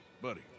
buddy